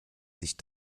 sich